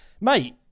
mate